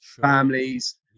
families